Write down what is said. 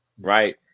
right